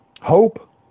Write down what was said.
Hope